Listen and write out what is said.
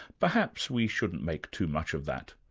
perhaps we shouldn't make too much of that,